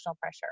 pressure